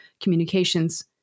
communications